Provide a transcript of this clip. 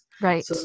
Right